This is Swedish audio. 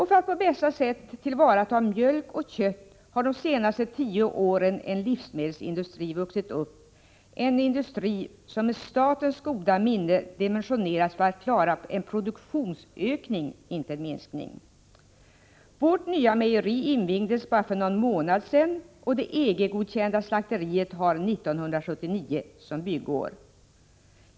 För att på bästa sätt tillvarata mjölk och kött har de senaste tio åren en livsmedelsindustri vuxit upp, en industri som med statens goda minne dimensionerats för att klara en produktionsökning — inte en minskning. Vårt nya mejeri invigdes för någon månad sedan, och det EG-godkända slakteriet har 1979 som byggår.